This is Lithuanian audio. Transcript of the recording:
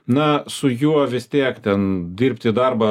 na su juo vis tiek ten dirbti darbą